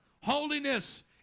Holiness